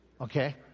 Okay